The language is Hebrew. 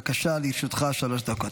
לרשותך שלוש דקות.